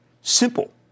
Simple